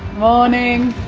morning.